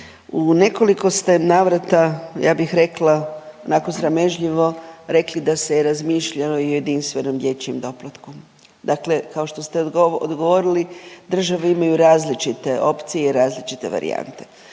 U nekoliko ste navrata, ja bih rekla, onako sramežljivo rekli da se razmišlja i o jedinstvenom dječjem doplatku. Dakle, kao što ste odgovorili države imaju različite opcije i različite varijante,